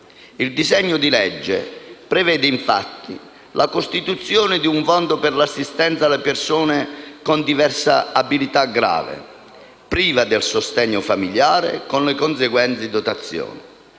Il disegno di legge prevede infatti la costituzione di un Fondo per l'assistenza alle persone con diversa abilità grave, prive del sostegno familiare, con le seguenti dotazioni: